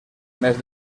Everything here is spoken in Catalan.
més